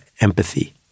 empathy